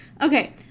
Okay